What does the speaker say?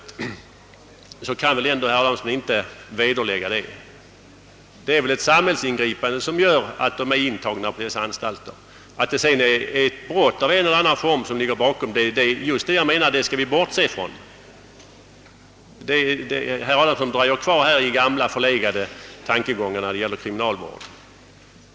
Ja, det kan han väl ändå inte vederlägga; det är naturligtvis genom ett samhällsingripande som de är intagna på anstalter. Att sedan ett brott av en eller annan art ligger bakom denna åtgärd bör vi i detta fall bortse från, menar jag. Herr Adamsson dröjer kvar i gamla förlegade tankegångar när det gäller kriminalvården.